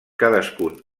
cadascun